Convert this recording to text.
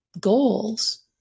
goals